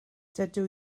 dydw